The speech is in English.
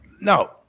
no